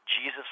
Jesus